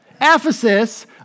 Ephesus